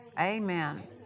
Amen